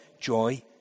joy